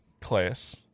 class